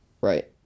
Right